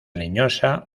leñosa